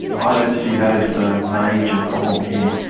ah don't see that as the major problem here.